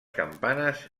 campanes